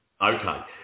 Okay